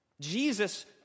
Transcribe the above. Jesus